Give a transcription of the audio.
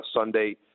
Sunday